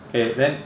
okay then